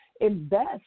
invest